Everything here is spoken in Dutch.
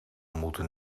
moeten